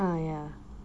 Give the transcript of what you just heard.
ah ya